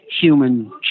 human